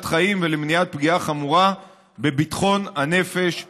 חיים ולמניעת פגיעה חמורה בביטחון הנפש והרכוש.